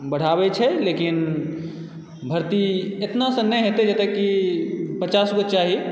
बढ़ावै छै लेकिन भर्ती एतनासँ नहि हेतै जतेक की पचासगो चाही